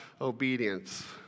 obedience